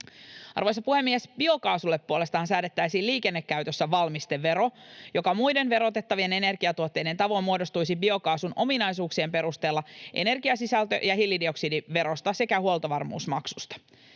Arvoisa puhemies! Biokaasulle puolestaan säädettäisiin liikennekäytössä valmistevero, joka muiden verotettavien energiatuotteiden tavoin muodostuisi biokaasun ominaisuuksien perusteella energiasisältö- ja hiilidioksidiverosta sekä huoltovarmuusmaksusta.